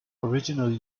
originally